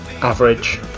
Average